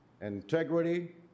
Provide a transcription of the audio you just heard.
integrity